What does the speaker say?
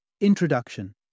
Introduction